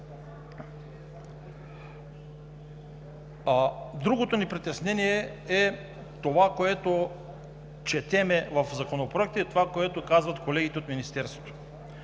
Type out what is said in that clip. Другото ни притеснение е това, което четем в Законопроекта, и това, което казват колегите от Министерството.